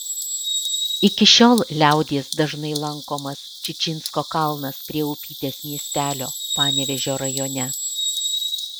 iki šiol liaudies dažnai lankomas čičinsko kalnas prie upytės miestelio panevėžio rajone